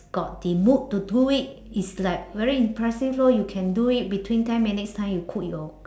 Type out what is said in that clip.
got the mood to do it it's like very impressive lor you can do it between ten minutes time you cook your